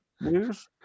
news